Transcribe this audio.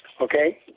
Okay